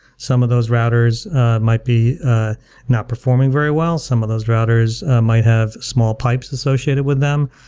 some of those routers might be not performing very well. some of those routers might have small pipes associated with them.